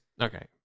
okay